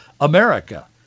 America